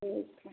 ठीक है